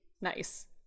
Nice